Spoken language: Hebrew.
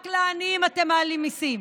רק לעניים אתם מעלים מיסים.